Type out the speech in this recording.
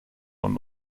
und